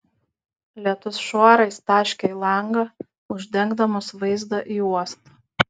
lietus šuorais taškė į langą uždengdamas vaizdą į uostą